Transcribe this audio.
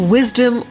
Wisdom